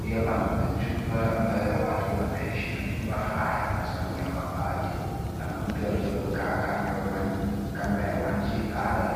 Pia pana majumba ambayo watu wanaishi. Majumba haya haswa ni ya mabati. Pana mtu aliyekaa kando ya maji haya.